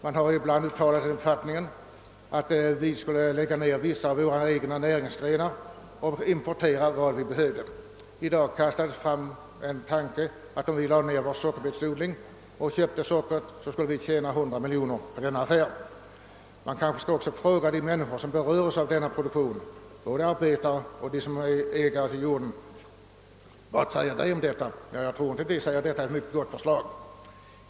Man har ibland uttalat den uppfattningen att vi skulle lägga ner vissa av våra egna näringsgrenar och importera vad vi behöver. I dag framkastades påståendet att om vi lade ner vår sockerbetsodling och köpte sockret skulle vi tjäna 100 miljoner kronor på denna affär. Man kanske också skall fråga de människor som berörs av denna produktion, både arbetarna och de som är ägare till jorden. Jag tror inte att de anser detta vara ett gott förslag.